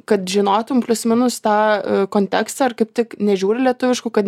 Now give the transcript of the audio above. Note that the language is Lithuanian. kad žinotum plius minus tą kontekstą ar kaip tik nežiūri lietuviškų kad